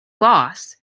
loss